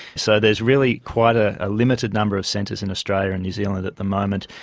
so there is really quite a ah limited number of centres in australia and new zealand at the moment.